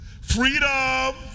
freedom